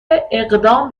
اقدام